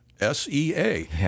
S-E-A